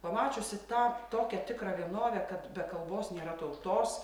pamačiusi tą tokią tikrą vienovę kad be kalbos nėra tautos